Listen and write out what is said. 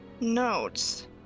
notes